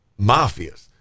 mafias